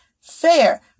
fair